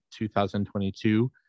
2022